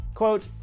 Quote